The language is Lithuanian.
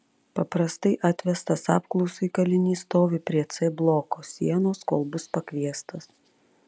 paprastai atvestas apklausai kalinys stovi prie c bloko sienos kol bus pakviestas